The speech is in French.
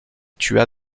tua